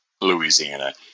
Louisiana